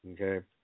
Okay